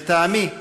לטעמי,